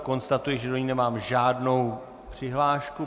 Konstatuji, že do ní nemám žádnou přihlášku.